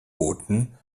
booten